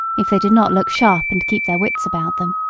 if they did not look sharp and keep their wits about them.